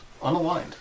Unaligned